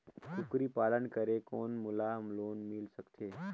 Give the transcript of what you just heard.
कूकरी पालन करे कौन मोला लोन मिल सकथे?